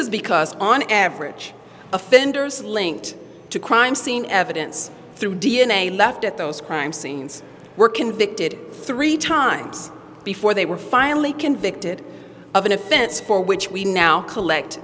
is because on average offenders linked to crime scene evidence through d n a left at those crime scenes were convicted three times before they were finally convicted of an offense for which we now collect